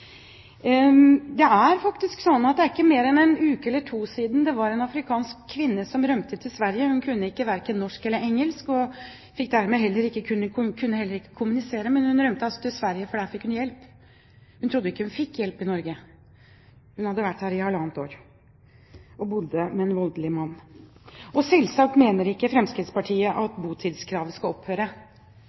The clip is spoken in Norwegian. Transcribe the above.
Det er faktisk sånn at det ikke er mer enn én uke eller to siden det var en afrikansk kvinne som rømte til Sverige. Hun kunne verken norsk eller engelsk, og kunne dermed heller ikke kommunisere. Men hun rømte altså til Sverige, for der fikk hun hjelp. Hun trodde ikke hun fikk hjelp i Norge. Hun hadde vært her i halvannet år, og bodde med en voldelig mann. Selvsagt mener ikke Fremskrittspartiet at botidskravet skal opphøre.